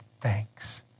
thanks